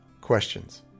questions